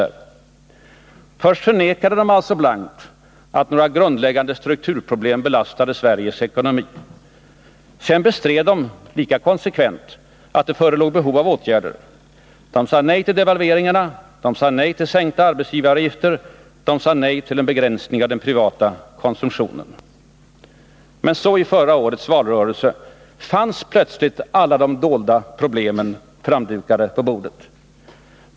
Först förnekade socialdemokraterna alltså blankt att några grundläggande strukturproblem belastade Sveriges ekonomi. Sedan bestred de lika konsekvent att det förelåg behov av åtgärder. De sade nej till devalveringarna, nej till sänkta arbetsgivaravgifter och nej till en begränsning av den privata konsumtionen. Men så i förra årets valrörelse fanns plötsligt alla de dolda problemen framdukade på bordet.